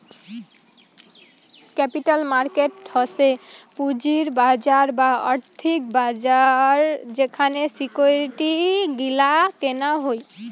capital market হসে পুঁজির বাজার বা আর্থিক বাজার যেখানে সিকিউরিটি গিলা কেনা হই